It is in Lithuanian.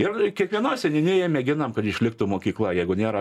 ir kiekvienoj seniūnijoj mėginam kad išliktų mokykla jeigu nėra